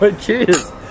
Cheers